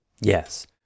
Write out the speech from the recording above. Yes